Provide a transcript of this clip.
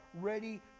ready